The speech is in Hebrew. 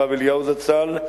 הרב אליהו זצ"ל,